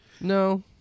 No